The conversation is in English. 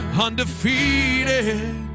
undefeated